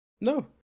No